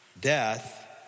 Death